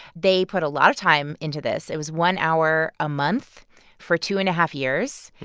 they put a lot of time into this. it was one hour a month for two and a half years,